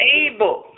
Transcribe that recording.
able